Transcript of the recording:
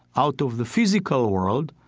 out of the physical world,